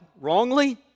wrongly